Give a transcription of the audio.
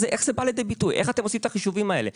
איך אתם עושים את החישובים האלה?